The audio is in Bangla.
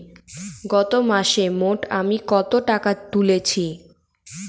গত মাসে মোট আমি কত টাকা তুলেছি?